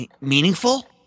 Meaningful